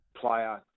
player